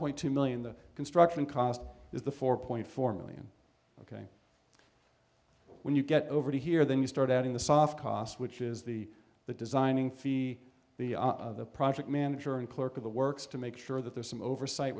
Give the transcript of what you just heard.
point two million the construction cost is the four point four million ok when you get over here then you start adding the soft cost which is the the designing fee the project manager and clerk of the works to make sure that there's some oversight